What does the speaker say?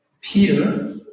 Peter